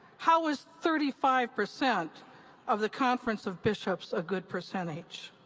how is thirty five percent of the conference of bishops a good percentage?